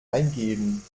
eingeben